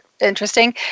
interesting